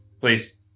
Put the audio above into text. Please